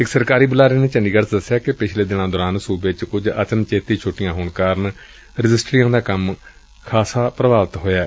ਇਕ ਸਰਕਾਰੀ ਬੁਲਾਰੇ ਨੇ ਦੱਸਿਆ ੱਕਿ ਪਿੱਛਲੇ ਦਿਨਾਂ ਦੌਰਾਨ ਸੁਬੇ ਵਿਚ ਕੁਝ ਅਚਨਚੇਤੀ ਛੁੱਟੀਆਂ ਹੋਣ ਕਾਰਣ ਰਜਿਸਟਰੀਆਂ ਦਾ ਕੰਮ ਕਾਫੀ ਪ੍ਰਭਾਵਿਤ ਹੋਇਐ